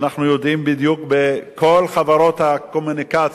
ואנחנו יודעים בדיוק מה קורה בכל חברות הקומוניקציה,